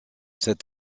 cet